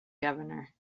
governor